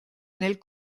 nel